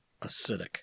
acidic